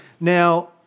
Now